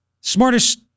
Smartest